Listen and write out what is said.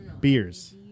beers